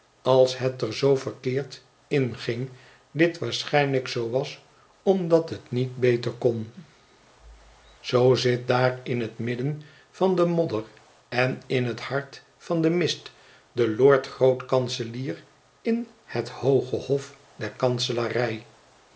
als het er zoo verkeerd in ging dit waarschijnlijk zoo was omdat het niet beter kon zoo zit daar in het midden van den modder en in het hart van den mist de lordgroot kanselier in het hooge hof der